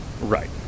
Right